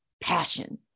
passion